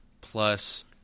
plus